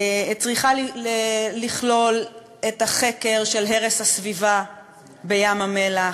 היא צריכה לכלול את החקר של הרס הסביבה בים-המלח,